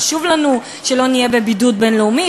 חשוב לנו שלא נהיה בבידוד בין-לאומי,